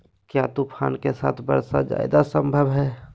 क्या तूफ़ान के साथ वर्षा जायदा संभव है?